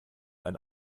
ein